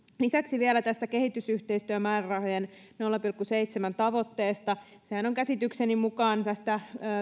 lisäksi vielä tästä kehitysyhteistyömäärärahojen nolla pilkku seitsemän tavoitteesta sehän on käsitykseni mukaan tästä